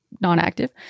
non-active